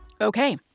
Okay